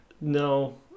no